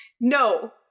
no